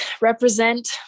represent